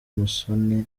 musoni